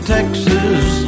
Texas